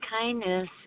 kindness